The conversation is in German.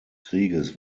krieges